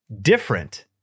Different